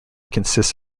consists